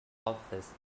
office